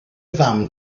fam